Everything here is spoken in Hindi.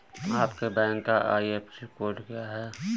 आपके बैंक का आई.एफ.एस.सी कोड क्या है?